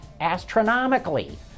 astronomically